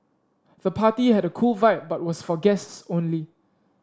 the party had a cool vibe but was for guests only